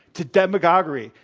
to demagoguery.